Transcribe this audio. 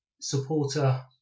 supporter